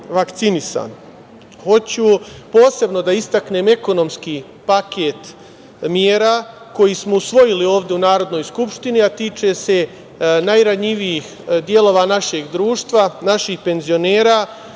vakcinisan. Hoću posebno da istaknem ekonomski paket mera koji smo usvojili ovde u Narodnoj skupštini, a tiče se najranjivijih delova našeg društva, naših penzionera,